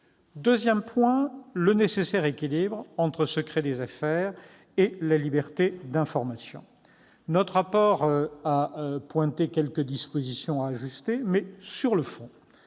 veux évoquer le nécessaire équilibre entre secret des affaires et liberté d'information Notre rapport a ciblé quelques dispositions à ajuster, mais, sur le fond,